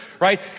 right